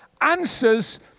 answers